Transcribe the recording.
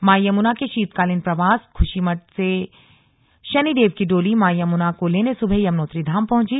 मां यमुना के शीतकालीन प्रवास खुशीमठ से शनिदेव की डोली मां यमुना को लेने सुबह यमुनोत्री धाम पहुंची